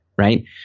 Right